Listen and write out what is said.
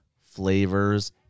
flavors